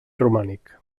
romànic